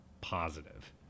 positive